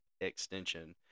extension